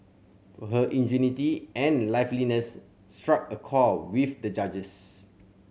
for her ingenuity and liveliness struck a chord with the judges